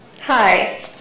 Hi